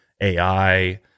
AI